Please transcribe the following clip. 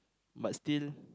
but still